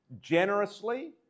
generously